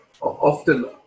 Often